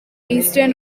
eastern